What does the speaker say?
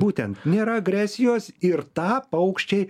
būtent nėra agresijos ir tą paukščiai